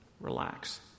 Relax